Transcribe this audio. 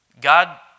God